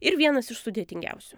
ir vienas iš sudėtingiausių